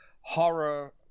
horror